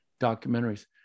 documentaries